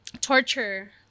torture